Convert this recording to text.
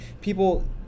people